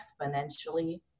exponentially